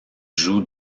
joue